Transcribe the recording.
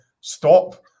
stop